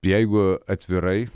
jeigu atvirai